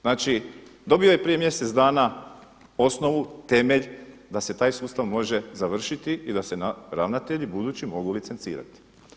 Znači, dobio je prije mjesec dana osnovu, temelj da se taj sustav može završiti i da se ravnatelji budući mogu licencirati.